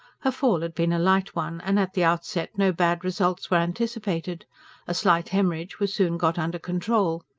her fall had been a light one, and at the outset no bad results were anticipated a slight haemorrhage was soon got under control.